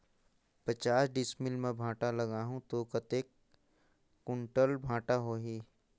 पचास डिसमिल मां भांटा लगाहूं ता कतेक कुंटल भांटा होही?